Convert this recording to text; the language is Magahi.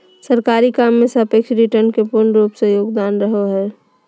सरकारी काम मे सापेक्ष रिटर्न के पूर्ण रूप से योगदान रहो हय